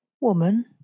Woman